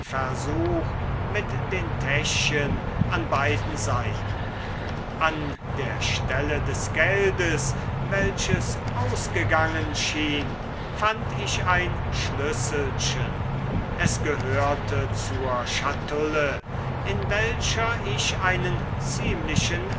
mit den täschchen an beiden seiten an der stelle des geldes welches ausgegangen schien fand ich ein schlüsselchen es gehörte zur schatulle in welcher ich einen ziemlichen